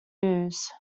news